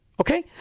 Okay